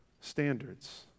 standards